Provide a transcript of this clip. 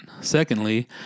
Secondly